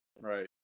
Right